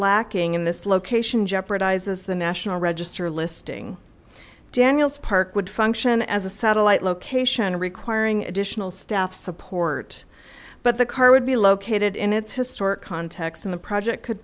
lacking in this location jeopardizes the national register listing daniel's park would function as a satellite location requiring additional staff support but the car would be located in its historic context in the project could